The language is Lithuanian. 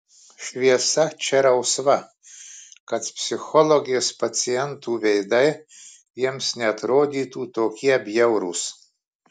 šviesa čia rausva kad psichologės pacientų veidai jiems neatrodytų tokie bjaurūs